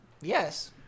Yes